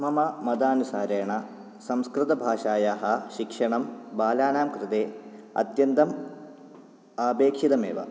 मम मतानुसारेण संस्कृतभाषायाः शिक्षणं बालानां कृते अत्यन्दं अपेक्षितमेव